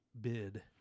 bid